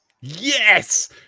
Yes